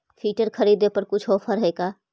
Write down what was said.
Filter खरिदे पर कुछ औफर है का?